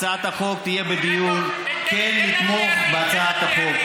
הצעת החוק תהיה בדיון, כן לתמוך בהצעת החוק.